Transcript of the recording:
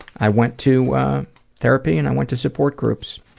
i went to therapy and i went to support groups.